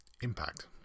Impact